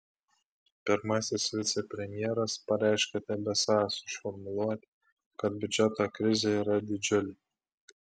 pirmasis vicepremjeras pareiškė tebesąs už formuluotę kad biudžeto krizė yra didžiulė